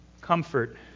comfort